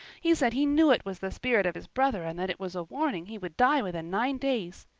he said he knew it was the spirit of his brother and that it was a warning he would die within nine days.